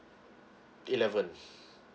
eleven